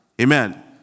Amen